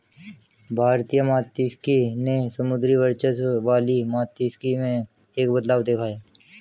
भारतीय मात्स्यिकी ने समुद्री वर्चस्व वाली मात्स्यिकी में एक बदलाव देखा है